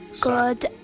good